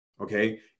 okay